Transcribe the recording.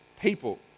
people